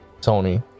Tony